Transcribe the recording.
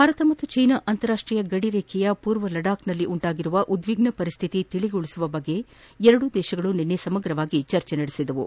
Bharat China ಅಂತಾರಾಷ್ಷೀಯ ಗಡಿ ರೇಜೆಯ ಪೂರ್ವ ಲಡಾಕ್ನಲ್ಲಿ ಉಂಟಾಗಿರುವ ಉದ್ಲಿಗ್ನ ಪರಿಸ್ತಿತಿ ತಿಳಗೊಳಸುವ ಕುರಿತಂತೆ ಎರಡೂ ದೇಶಗಳು ನಿನ್ನೆ ಸಮಗ್ರವಾಗಿ ಚರ್ಜೆ ನಡೆಸಿವೆ